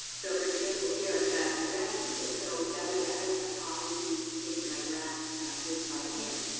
so, for example, here i've ah got a graph template, so that way i don't have to always be making my graph grids by hand.